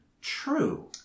True